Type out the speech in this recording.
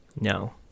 No